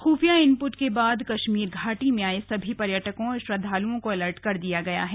खुफिया इनपुट के बाद कश्मीर घाटी में आए सभी पर्यटकों और श्रद्वालुओं को अलर्ट कर दिया गया है